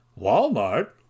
Walmart